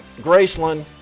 Graceland